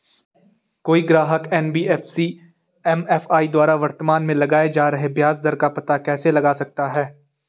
कोई ग्राहक NBFC MFI द्वारा वर्तमान में लगाए जा रहे ब्याज दर का पता कैसे लगा सकता है?